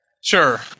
Sure